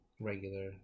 regular